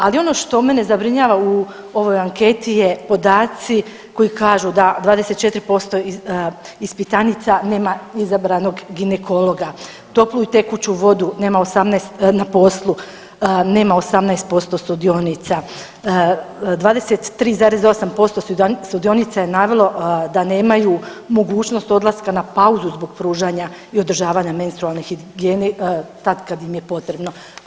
Ali ono što mene zabrinjava u ovoj anketi je podaci koji kažu da 24% ispitanica nema izabranog ginekologa, toplu i tekuću vodu na poslu nema 18% sudionica, 23,8% sudionica je navelo da nemaju mogućnost odlaska na pauzu zbog pružanja i održavanja menstrualne higijene tad kad im je potrebno.